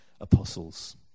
apostles